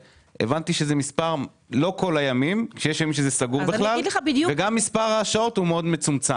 הבנתי שיש ימים שזה סגור ויש ימים שזה פתוח אבל מספר השעות מאוד מצומצם.